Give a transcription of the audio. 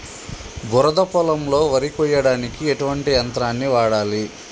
బురద పొలంలో వరి కొయ్యడానికి ఎటువంటి యంత్రాన్ని వాడాలి?